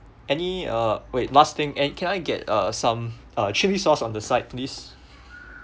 any uh wait last thing and can I get uh some uh chilli sauce on the side please